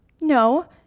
No